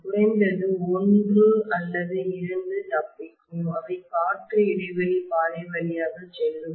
குறைந்தது ஒன்று அல்லது இரண்டு தப்பிக்கும் அவை காற்று இடைவெளி பாதை வழியாக செல்லும்